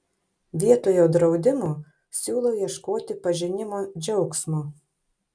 vietoje draudimų siūlau ieškoti pažinimo džiaugsmo